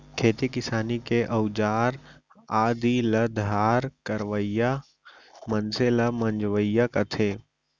खेती किसानी के अउजार आदि ल धार करवइया मनसे ल मंजवइया कथें